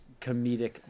comedic